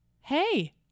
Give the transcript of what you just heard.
hey